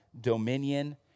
dominion